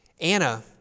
Anna